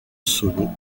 solo